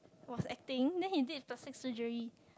was acting then he did plastic surgery